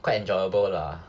quite enjoyable lah